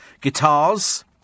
Guitars